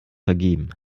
vergeben